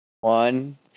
One